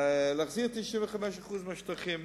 להחזיר 95% מהשטחים,